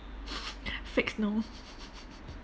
fake snow